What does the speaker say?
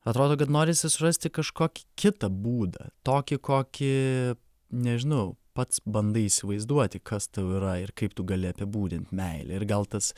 atrodo kad norisi surasti kažkokį kitą būdą tokį kokį nežinau pats bandai įsivaizduoti kas tau yra ir kaip tu gali apibūdint meilę ir gal tas